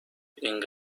این